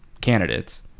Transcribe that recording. candidates